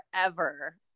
forever